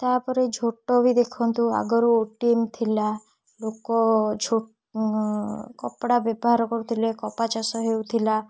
ତା'ପରେ ଝୋଟ ବି ଦେଖନ୍ତୁ ଆଗରୁ ଓଟିଏମ୍ ଥିଲା ଲୋକ କପଡ଼ା ବ୍ୟବହାର କରୁଥିଲେ କପା ଚାଷ ହେଉଥିଲା